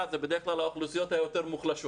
זה בדרך כלל האוכלוסיות היותר מוחלשות